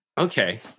okay